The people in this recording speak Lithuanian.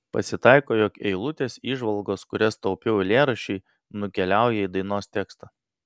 pasitaiko jog eilutės įžvalgos kurias taupiau eilėraščiui nukeliauja į dainos tekstą